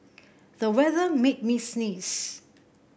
the weather made me sneeze